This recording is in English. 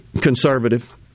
conservative